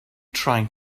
trying